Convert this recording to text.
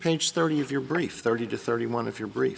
page thirty of your brief thirty to thirty one if your brief